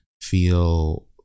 feel